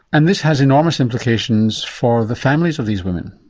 and this has enormous implications for the families of these women.